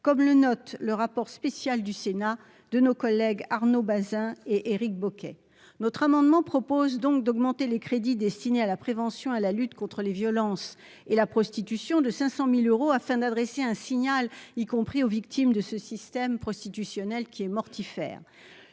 comme le note le rapport spécial du Sénat de nos collègues, Arnaud Bazin et Éric Bocquet notre amendement propose donc d'augmenter les crédits destinés à la prévention, à la lutte contre les violences et la prostitution de 500000 euros afin d'adresser un signal, y compris aux victimes de ce système prostitutionnel qui est mortifère,